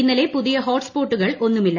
ഇന്നലെ പുതിയ ഹോട്ട് സ്പോട്ടുകൾ ഒന്നുമില്ല